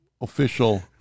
official